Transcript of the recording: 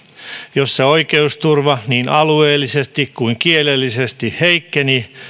jossa oikeusturva niin alueellisesti kuin kielellisesti heikkeni